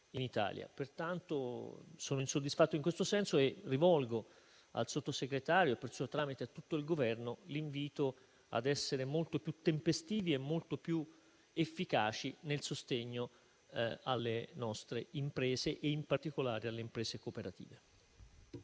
in Italia. Pertanto, sono insoddisfatto e in questo senso rivolgo al Sottosegretario e, per suo tramite, a tutto il Governo l'invito ad essere molto più tempestivi e molto più efficaci nel sostegno alle nostre imprese e in particolare a quelle imprese cooperative.